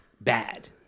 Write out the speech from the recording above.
bad